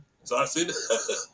exhausted